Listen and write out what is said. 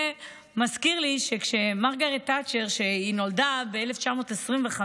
זה מזכיר לי שמרגרט תאצ'ר נולדה ב-1925,